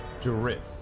Drift